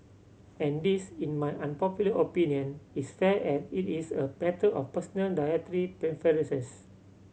and this in my unpopular opinion is fair as it is a matter of personal dietary preferences